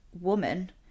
woman